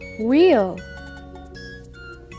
wheel